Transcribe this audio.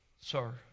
sir